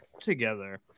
Together